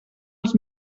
els